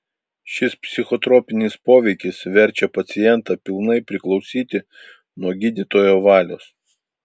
šis psichotropinis poveikis verčia pacientą pilnai priklausyti nuo gydytojo valios